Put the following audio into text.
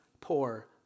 poor